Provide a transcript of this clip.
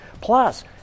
Plus